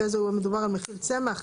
אחרי מדובר על צמח,